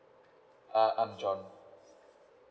uh I'm john